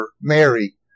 Mary